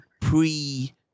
pre